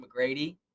McGrady